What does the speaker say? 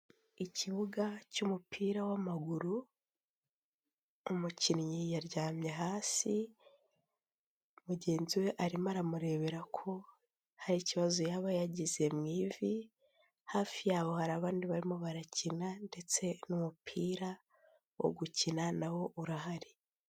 Ikibuga cy'umupira w'amaguru, umukinnyi yaryamye hasi, mugenzi we arimo aramurebera ko hari ikibazo yaba yagize mu ivi, hafi yabo hari abandi barimo barakina ndetse n'umupira wo gukina na wo urahari.